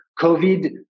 COVID